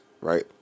right